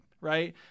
Right